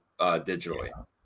digitally